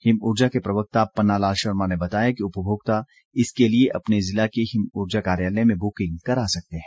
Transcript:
हिमउर्जा के प्रवक्ता पन्नालाल शर्मा ने बताया कि उपभोक्ता इसके लिए अपने जिला के हिमउर्जा कार्यालय में बुकिंग करा सकते हैं